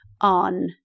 on